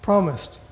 Promised